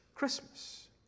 Christmas